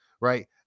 right